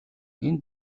энэ